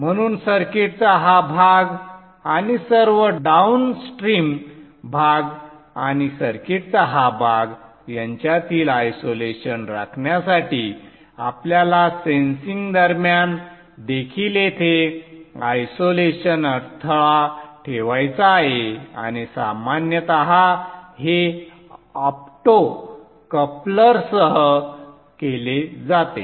म्हणून सर्किटचा हा भाग आणि सर्व डाउनस्ट्रीम भाग आणि सर्किटचा हा भाग यांच्यातील आयसोलेशन राखण्यासाठी आपल्याला सेन्सिंग दरम्यान देखील येथे आयसोलेशन अडथळा ठेवायचा आहे आणि सामान्यतः हे ऑप्टोकपलरसह केले जाते